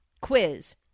quiz